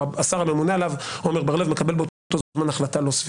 או השר הממונה עליו עומר בר לב מקבל באותו זמן החלטה לא סבירה,